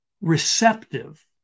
receptive